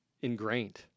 ingrained